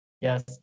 Yes